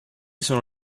sono